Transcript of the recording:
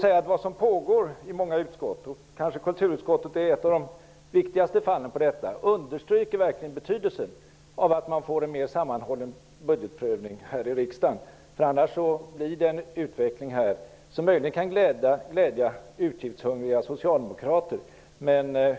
Vad som pågår i många utskott -- kanske kulturutskottet är det viktigaste exemplet på det -- understryker verkligen betydelsen av att man får en mer sammanhållen budgetprövning här i riksdagen. Annars blir det en utveckling som möjligen kan glädja utgiftshungriga socialdemokrater.